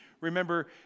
Remember